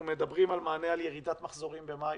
אנחנו מדברים על מענה על ירידת מחזורים במאי.